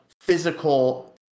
physical